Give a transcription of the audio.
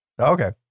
Okay